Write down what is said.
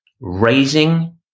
raising